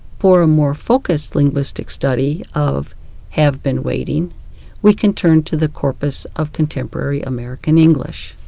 for a more focused linguistic study of have been waiting we can turn to the corpus of contemporary american english.